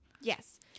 Yes